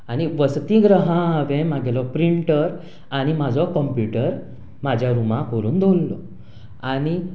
आनी वसतीगृहांत हांवें म्हजो प्रिंटर आनी म्हजो कंप्यूटर म्हज्या रुमांत व्हरून दवरलो आनी